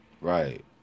Right